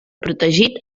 protegit